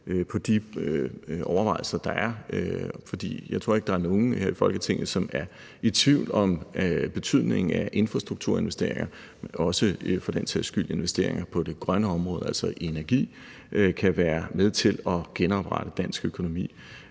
om de overvejelser, der er. Jeg tror ikke, at der er nogen her i Folketinget, som er i tvivl om betydningen af infrastrukturinvesteringer og for den sags skyld også investeringer på det grønne område, altså energi, og at det kan være med til at genoprette dansk økonomi.